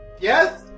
Yes